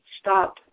stop